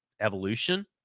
evolution